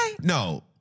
No